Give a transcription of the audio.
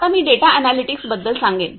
आता मी data analytics बद्दल सांगेन